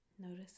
Notice